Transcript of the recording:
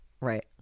right